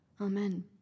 Amen